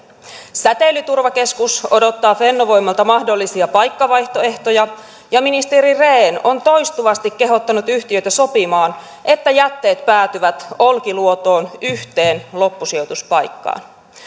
säteilyturvakeskus odottaa fennovoimalta mahdollisia paikkavaihtoehtoja ja ministeri rehn on toistuvasti kehottanut yhtiöitä sopimaan että jätteet päätyvät olkiluotoon yhteen loppusijoituspaikkaan